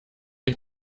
ich